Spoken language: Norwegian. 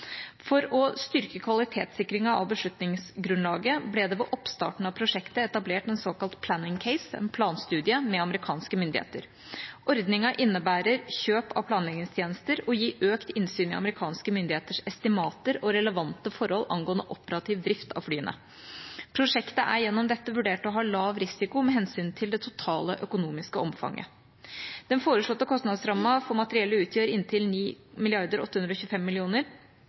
For å styrke kvalitetssikringen av beslutningsgrunnlaget ble det ved oppstarten av prosjektet etablert en såkalt «planning case», en planstudie, med amerikanske myndigheter. Ordningen innebærer kjøp av planleggingstjenester og gir økt innsyn i amerikanske myndigheters estimater og relevante forhold angående operativ drift av flyene. Prosjektet er gjennom dette vurdert til å ha lav risiko med hensyn til det totale økonomiske omfanget. Den foreslåtte kostnadsrammen for materiellet utgjør inntil